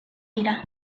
dira